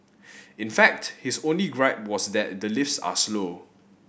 in fact his only gripe was that the lifts are slow